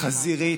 חזירית,